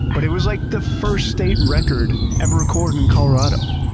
but it was like the first state record ever recorded in colorado.